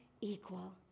equal